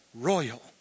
royal